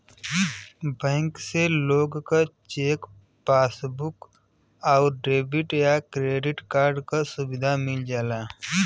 bank से लोग क चेक, पासबुक आउर डेबिट या क्रेडिट कार्ड क सुविधा मिल जाला